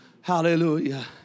Hallelujah